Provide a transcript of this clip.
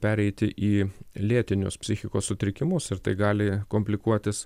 pereiti į lėtinius psichikos sutrikimus ir tai gali komplikuotis